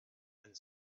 and